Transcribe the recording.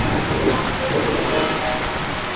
ᱨᱟᱱ ᱠᱚ ᱨᱮᱱᱟᱜ ᱦᱚᱸ